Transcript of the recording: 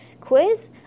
quiz